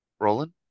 Roland